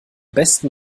besten